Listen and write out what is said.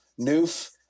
Noof